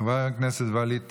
חבר הכנסת ווליד טאהא,